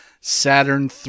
Saturn